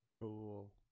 Cool